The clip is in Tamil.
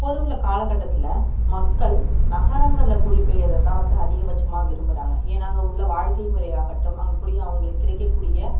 தற்போது உள்ள காலகட்டத்தில் மக்கள் நகரங்களில் குடிபெயருகிறதுதான் வந்து அதிகப்பட்சமாக விரும்புகிறாங்க ஏன்னால் அங்கே உள்ள வாழ்க்கை முறையாகட்டும் அங்கே குடி அவங்களுக்கு கிடைக்கக்கூடிய